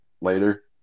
later